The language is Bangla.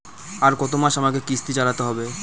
আর কতমাস আমাকে কিস্তি চালাতে হবে?